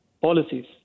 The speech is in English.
policies